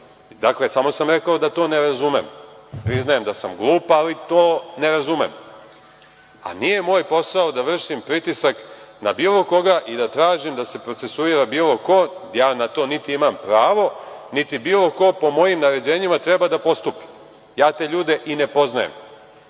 svetu. Dakle, samo sam rekao da to ne razumem. Priznajem da sam glup, ali to ne razumem, a nije moj posao da vršim pritisak na bilo koga i da tražim da se procesuira bilo ko. Ja na to niti imam pravo, niti bilo ko po mojim naređenjima treba da postupi, ja te ljude i ne poznajem.